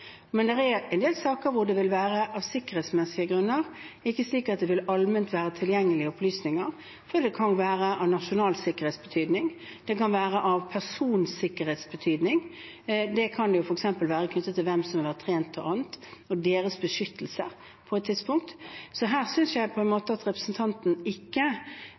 Men det er en del saker hvor det av sikkerhetsmessige grunner ikke alltid vil være allment tilgjengelige opplysninger. Det kan være spørsmål av betydning for nasjonal sikkerhet, det kan være spørsmål av personsikkerhetsbetydning. Det kan f.eks. være knyttet til hvem som har vært trent, og annet, og deres beskyttelse på et tidspunkt. Så her synes jeg at representanten Moxnes ikke